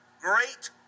great